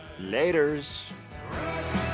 Laters